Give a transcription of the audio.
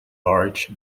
large